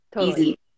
easy